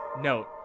Note